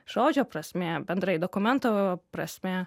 žodžio prasmė bendrai dokumento prasmė